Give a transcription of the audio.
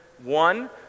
one